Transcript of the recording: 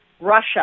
Russia